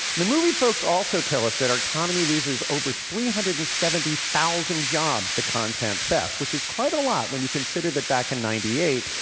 the movie folks also tell us that our economy loses over three hundred and seventy thousand jobs to content theft, which is quite a lot when you consider that, back in ninety eight,